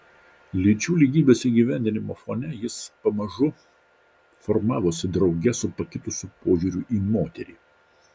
lyčių lygybės įgyvendinimo fone jis pamažu formavosi drauge su pakitusiu požiūriu į moterį